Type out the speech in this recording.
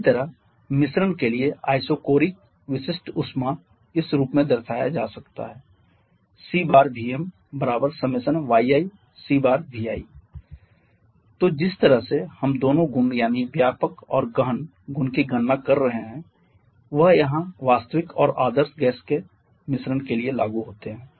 इसी तरह मिश्रण के लिए आइसोकोरीक विशिष्ट ऊष्मा इस रूप में दर्शाया जा सकता है Cvmi1kyi Cvi तो जिस तरह से हम दोनों गुण यानि व्यापक और गहन गुण की गणना कर रहे हैं वह यहाँ वास्तविक और आदर्श गैस मिश्रण के लिए लागू होते हैं